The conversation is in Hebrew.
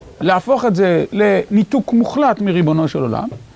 להפוך את זה לניתוק מוחלט מריבונו של עולם.